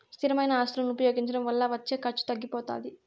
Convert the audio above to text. స్థిరమైన ఆస్తులను ఉపయోగించడం వల్ల వచ్చే ఖర్చు తగ్గిపోతాది